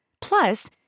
Plus